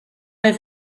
have